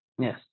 Yes